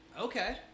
Okay